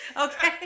Okay